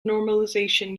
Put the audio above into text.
normalization